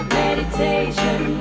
meditation